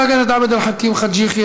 חבר הכנסת עבד אל חכים חאג' יחיא,